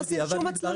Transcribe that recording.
לא עושים הצלבה.